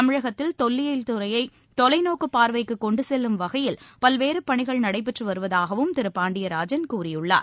தமிழகத்தில் தொல்லியல் துறையை தொலைநோக்கு பார்வைக்கு கொண்டு செல்லும் வகையில் பல்வேறு பணிகள் நடைபெற்று வருவதாகவும் திரு பாண்டியராஜன் கூறியுள்ளார்